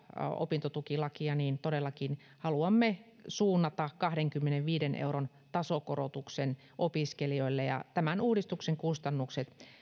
opintotukilakia todellakin haluamme suunnata kahdenkymmenenviiden euron tasokorotuksen opiskelijoille ja tämän uudistuksen kustannukset